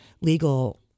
legal